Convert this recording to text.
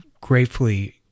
gratefully